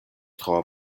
tro